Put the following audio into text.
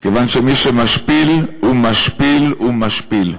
כיוון שמי שמשפיל הוא משפיל הוא משפיל.